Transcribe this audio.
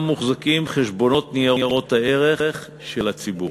מוחזקים חשבונות ניירות הערך של הציבור,